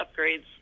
upgrades